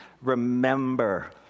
Remember